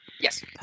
Yes